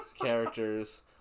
characters